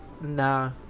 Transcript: Nah